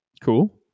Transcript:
cool